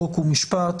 חוק ומשפט,